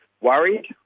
worried